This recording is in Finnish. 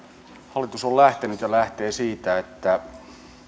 hallitus on lähtenyt ja lähtee siitä että